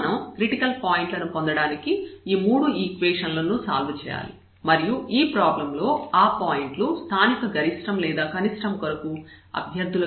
ఇప్పుడు మనం క్రిటికల్ పాయింట్లను పొందడానికి ఈ మూడు ఈక్వేషన్ లను సాల్వ్ చేయాలి మరియు ఈ ప్రాబ్లం లో ఆ పాయింట్లు స్థానిక గరిష్టం లేదా కనిష్టం కొరకు అభ్యర్థులుగా ఉంటాయి